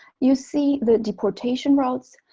you see the deportation routes,